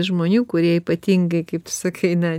žmonių kurie ypatingai kaip sakai na